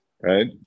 right